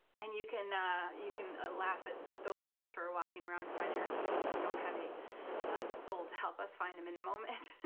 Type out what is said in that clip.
and you can you can laugh at those of us who are walking around finding our keys and we don't have a soul to help us find them in the moment.